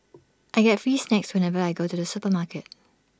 I get free snacks whenever I go to the supermarket